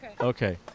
Okay